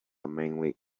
manly